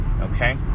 Okay